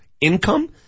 income